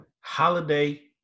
holiday